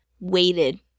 waited